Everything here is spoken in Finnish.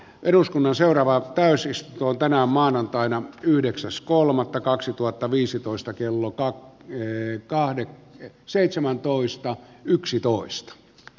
eduskunnan seuraavaa pesis on tänään maanantaina yhdeksäs kolmannetta kaksituhattaviisitoista kellokkaat neljä kahden seitsemäntoista yksitoista